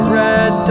red